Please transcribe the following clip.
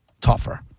tougher